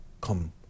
come